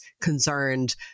concerned